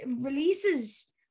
releases